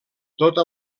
tota